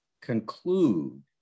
conclude